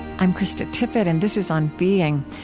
i'm krista tippett, and this is on being.